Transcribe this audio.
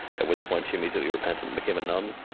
at which point she immediately repented and became a nun.